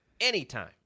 Anytime